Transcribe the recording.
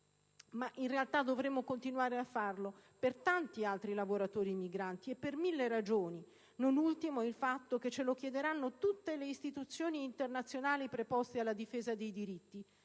In realtà dovremo continuare a farlo per tanti altri lavoratori immigrati e per mille ragioni, non ultimo il fatto che ce lo chiederanno tutte le istituzioni internazionali preposte alla difesa dei diritti.